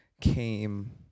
came